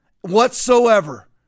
whatsoever